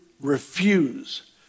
refuse